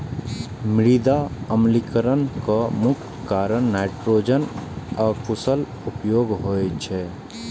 मृदा अम्लीकरणक मुख्य कारण नाइट्रोजनक अकुशल उपयोग होइ छै